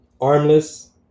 armless